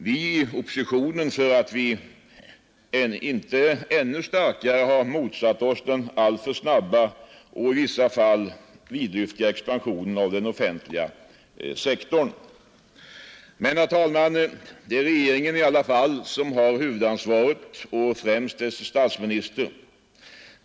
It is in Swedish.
Vi i oppositionen för att vi inte ännu starkare har motsatt oss den alltför snabba och i vissa fall vidlyftiga expansionen av den offentliga sektorn. Men, herr talman, det är regeringen i alla fall och främst dess statsminister som har huvudansvaret.